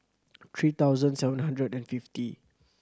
three thousand seven hundred and fifty